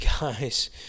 guys